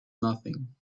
nothing